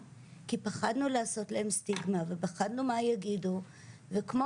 כי פחדנו לעשות להם סטיגמה ופחדנו מה יגידו וכמו